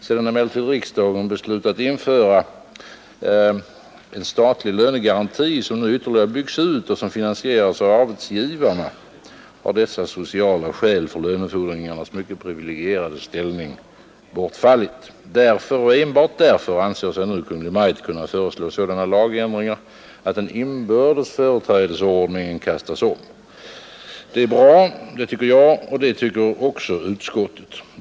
Sedan emellertid riksdagen beslutat införa en statlig lönegaranti, som nu ytterligare byggs ut och som finansieras av arbetsgivarna, har dessa sociala skäl för lönefordringarnas mycket privilegierade ställning bortfallit. Enbart därför anser sig nu Kungl. Maj:t kunna föreslå sådana lagändringar att den inbördes företrädesordningen kastas om. Det är bra; det tycker jag, och det tycker också utskottet.